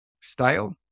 style